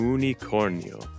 Unicornio